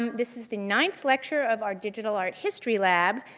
um this is the ninth lecture of our digital art history lab,